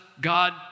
God-